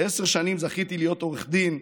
עשר שנים זכיתי להיות עורך דין,